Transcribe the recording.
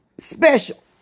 special